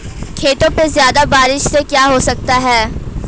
खेतों पे ज्यादा बारिश से क्या हो सकता है?